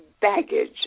baggage